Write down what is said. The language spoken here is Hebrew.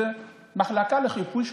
זו מחלקה לחיפוי שוטרים,